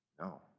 No